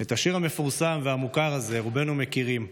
את השיר המפורסם והמוכר הזה רובנו מכירים,